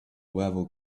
level